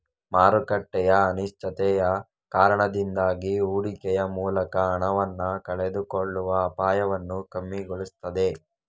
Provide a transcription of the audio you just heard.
ಮಾರುಕಟ್ಟೆಯ ಅನಿಶ್ಚಿತತೆಯ ಕಾರಣದಿಂದಾಗಿ ಹೂಡಿಕೆಯ ಮೂಲಕ ಹಣವನ್ನ ಕಳೆದುಕೊಳ್ಳುವ ಅಪಾಯವನ್ನ ಕಮ್ಮಿಗೊಳಿಸ್ತದೆ